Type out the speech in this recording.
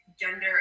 gender